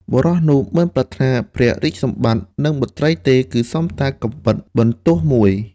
បុរសនោះមិនប្រាថ្នាព្រះរាជសម្បត្តិ និងបុត្រីទេ គឺសុំតែកាំបិតបន្ទោះមួយ។